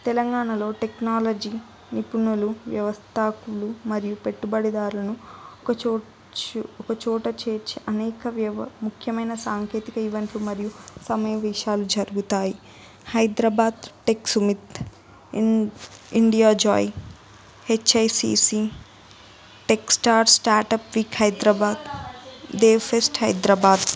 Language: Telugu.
తెలంగాణలో టెక్నాలజీ నిపుణులు వ్యవస్థాపకులు మరియు పెట్టుబడిదారులను ఒక చోట ఒక చోట చేర్చి అనేక ముఖ్యమైన సాంకేతిక ఈవెంట్లు మరియు సమయ విశేషాలు జరుగుతాయి Hyderabad tech summit in India joy H I C C tech star startup week Hyderabad dev fest Hyderabad